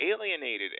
alienated